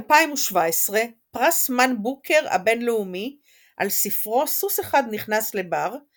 2017 פרס מאן בוקר הבינלאומי על ספרו "סוס אחד נכנס לבר"